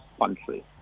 country